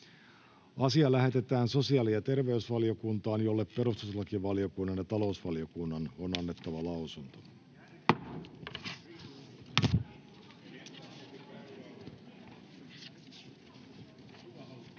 asia lähetetään sosiaali- ja terveysvaliokuntaan, jolle perustuslakivaliokunnan ja talousvaliokunnan on annettava lausunto.